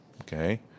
Okay